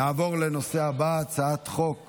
נעבור לנושא הבא, הצעת חוק